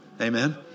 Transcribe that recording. Amen